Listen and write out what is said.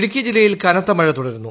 ഇടുക്കി ജില്ലയിൽ കനത്ത മഴ തുടരുന്നു